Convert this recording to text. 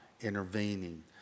intervening